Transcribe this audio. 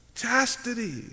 chastity